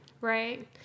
Right